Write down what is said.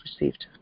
received